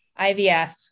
IVF